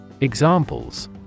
Examples